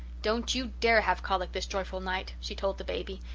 don't you dare have colic this joyful night, she told the baby.